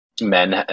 men